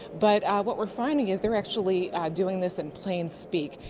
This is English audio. but what we are finding is they are actually doing this in plain speak.